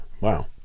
Wow